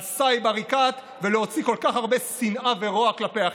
סאיב עריקאת ולהוציא כל כך הרבה שנאה ורוע כלפי אחיך.